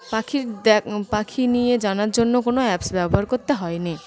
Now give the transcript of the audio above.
পাখির দেখ পাখি নিয়ে জানার জন্য কোনো অ্যাপস ব্যবহার করতে হয়নি